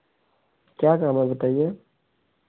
क्या काम है बताइए